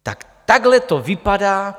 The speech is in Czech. Tak takhle to vypadá.